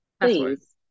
please